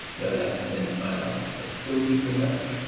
no less than into my life, a still deeper note,